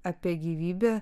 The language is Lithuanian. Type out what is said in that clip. apie gyvybę